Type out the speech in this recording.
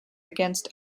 against